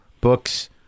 books